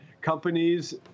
companies